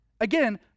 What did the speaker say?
Again